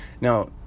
Now